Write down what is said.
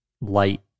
light